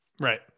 right